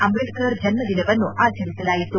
ಅಂಬೇಡ್ಕರ್ ಜನ್ನ ದಿನವನ್ನು ಆಚರಿಸಲಾಯಿತು